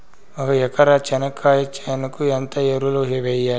ఒక ఎకరా చెనక్కాయ చేనుకు ఎంత ఎరువులు వెయ్యాలి?